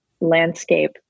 landscape